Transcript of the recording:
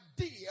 idea